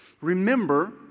remember